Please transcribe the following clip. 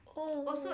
oh